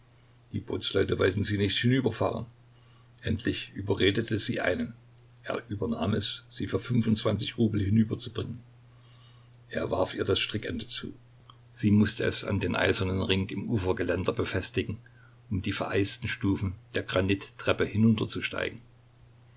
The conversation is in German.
die bootsleute wollten sie nicht hinüberfahren endlich überredete sie einen er übernahm es sie für fünfundzwanzig rubel hinüberzubringen er warf ihr das strickende zu sie mußte es an den eisernen ring im ufergeländer befestigen um die vereisten stufen der granittreppe hinunterzusteigen sie